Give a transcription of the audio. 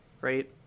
right